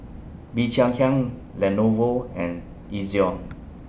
Bee Cheng Hiang Lenovo and Ezion